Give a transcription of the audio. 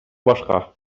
башка